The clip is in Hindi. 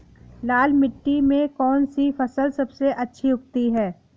लाल मिट्टी में कौन सी फसल सबसे अच्छी उगती है?